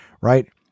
Right